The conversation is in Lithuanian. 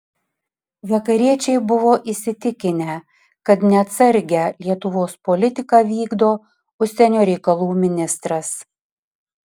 vakariečiai buvo įsitikinę kad neatsargią lietuvos politiką vykdo užsienio reikalų ministras